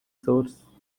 source